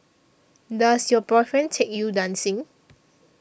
does your boyfriend take you dancing